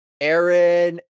Aaron